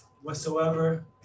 whatsoever